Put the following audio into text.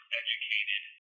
educated